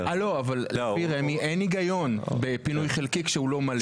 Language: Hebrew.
אין היגיון בפינוי חלקי שהוא לא מלא.